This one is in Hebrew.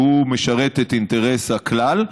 שמשרת את אינטרס הכלל,